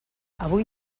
avui